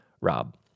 Rob